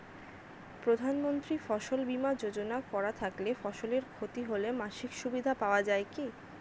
প্রধানমন্ত্রী ফসল বীমা যোজনা করা থাকলে ফসলের ক্ষতি হলে মাসিক সুবিধা পাওয়া য়ায় কি?